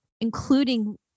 including